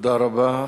תודה רבה.